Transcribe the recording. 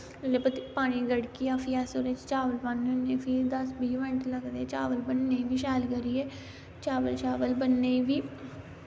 जेल्ले पानी गड़किया फ्ही अस ओह्दे न चावल पान्ने होन्ने फ्ही दस बीह् मैन्ट लगदे चावल बनने शैल करियै चावल शावल बनने बी